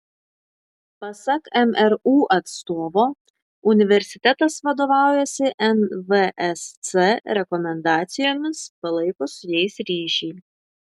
pasak mru atstovo universitetas vadovaujasi nvsc rekomendacijomis palaiko su jais ryšį